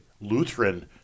Lutheran